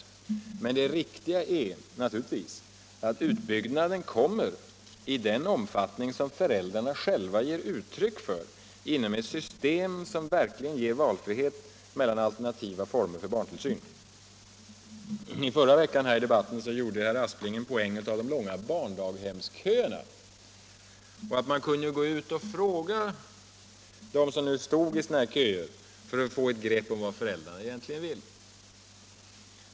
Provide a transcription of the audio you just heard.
Men det viktiga är naturligtvis att utbyggnaden kommer i den omfattning som föräldrarna själva ger uttryck för inom ett system som verkligen innebär valfrihet mellan alternativa former för barntillsyn. I debatten förra veckan gjorde herr Aspling en poäng av de långa barndaghemsköerna och sade att man kunde gå ut och fråga dem som stod i dessa köer för att få ett grepp på vad föräldrarna egentligen vill.